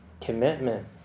commitment